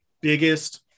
biggest